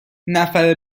نفر